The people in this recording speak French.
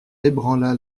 ébranla